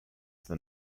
than